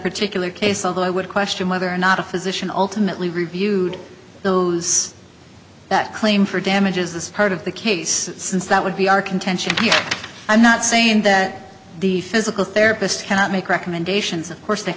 particular case although i would question whether or not a physician ultimately reviewed those that claim for damages that's part of the case since that would be our contention i'm not saying that the physical therapist cannot make recommendations of course th